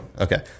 Okay